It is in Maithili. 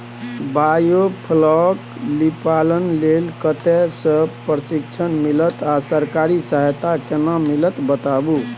बायोफ्लॉक मछलीपालन लेल कतय स प्रशिक्षण मिलत आ सरकारी सहायता केना मिलत बताबू?